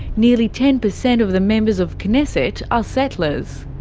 nearly ten percent of the members of knesset are settlers.